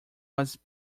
was